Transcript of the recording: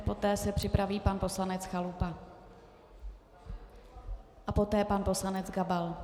Poté se připraví pan poslanec Chalupa a poté pan poslanec Gabal.